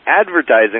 advertising